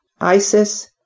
ISIS